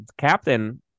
captain